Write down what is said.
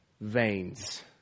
veins